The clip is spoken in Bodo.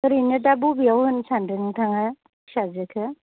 ओरैनो दा बबेयाव होनो सानदों नोंथाङा फिसाजोखौ